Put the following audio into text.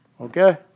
Okay